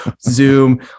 Zoom